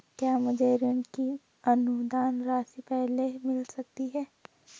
क्या मुझे ऋण की अनुदान राशि पहले मिल सकती है?